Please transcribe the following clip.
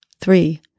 three